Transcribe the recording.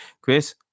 chris